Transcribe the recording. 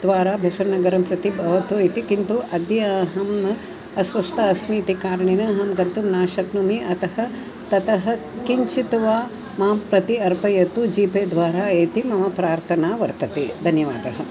द्वारा मैसुरुनगरं प्रति भवतु इति किन्तु अद्य अहम् अस्वस्था अस्मि इति कारणेन अहं गन्तुं न शक्नोमि अतः ततः किञ्चित् वा मां प्रति अर्पयतु जीपेद्वारा इति मम प्रार्थना वर्तते धन्यवादः